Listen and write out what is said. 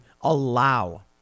allow